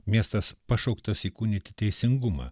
miestas pašauktas įkūnyti teisingumą